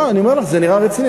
לא, אני אומר לך, זה נראה רציני.